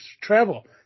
travel